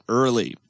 early